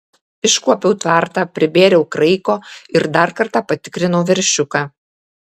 iškuopiau tvartą pribėriau kraiko ir dar kartą patikrinau veršiuką